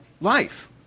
life